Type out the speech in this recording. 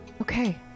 Okay